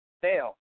fail